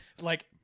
like-